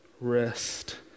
rest